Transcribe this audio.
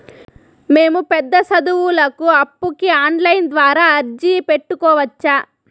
మేము పెద్ద సదువులకు అప్పుకి ఆన్లైన్ ద్వారా అర్జీ పెట్టుకోవచ్చా?